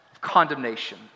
Condemnation